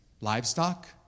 livestock